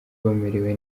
bamerewe